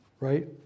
right